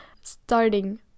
starting